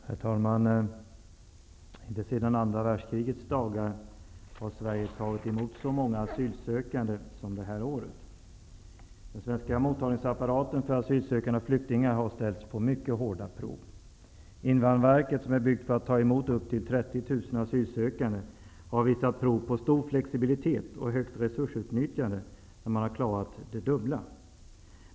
Herr talman! Inte sedan andra världskrigets dagar har Sverige tagit emot så många asylsökande som det här året. Den svenska mottagningsapparaten för asylsökande och flyktingar har ställts på mycket hårda prov. Invandrarverket, som är byggt för att ta emot upp till 30 000 asylsökande, har visat prov på stor flexibilitet och högt resursutnyttjande när man har klarat det dubbla.